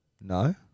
No